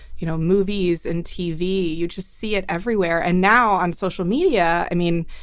you know, movies and tv. you just see it everywhere. and now on social media, i mean,